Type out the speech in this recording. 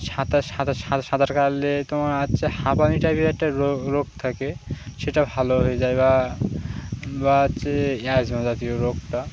সাঁতার সাঁতার সাঁতার সাঁতার কাটলে তোমার হচ্ছে হাঁপানি টাইপের একটা রোগ রোগ থাকে সেটা ভালো হয়ে যায় বা বা হচ্ছে জাতীয় রোগটা